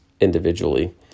individually